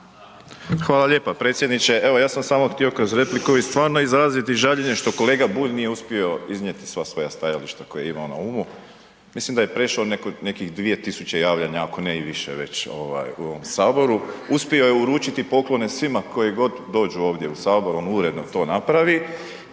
Hvala lijepa predsjedniče. Evo ja sam samo htio kroz repliku i stvarno izraziti žaljenje što kolega Bulj nije uspio iznijeti sva svoja stajališta koja je imao na umu. Mislim da je prešao nekih 2.000 javljanja, ako ne i više već ovaj u ovom saboru. Uspio je uručiti poklone svima koji god dođu ovdje u sabor on uredno to napravi